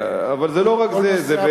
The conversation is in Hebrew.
אבל זה לא רק זה, זה,